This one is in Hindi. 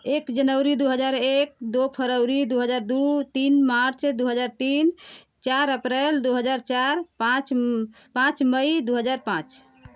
एक जनवरी दो हज़ार एक दो फरवरी दो हज़ार दो तीन मार्च दो हजार तीन चार अपरैल दो हज़ार चार पाँच पाँच मई दो हज़ार पाँच